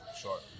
Sure